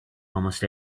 almost